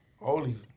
Holy